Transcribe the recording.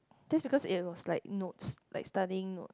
just because it was like notes like studying notes